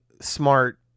smart